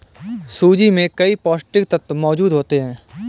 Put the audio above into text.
सूजी में कई पौष्टिक तत्त्व मौजूद होते हैं